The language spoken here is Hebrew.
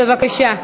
בבקשה.